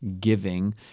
giving